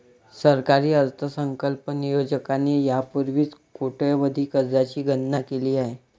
सरकारी अर्थसंकल्प नियोजकांनी यापूर्वीच कोट्यवधी कर्जांची गणना केली आहे